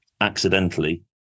accidentally